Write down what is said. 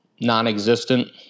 non-existent